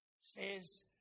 says